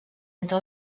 entre